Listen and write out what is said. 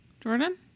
Jordan